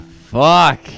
Fuck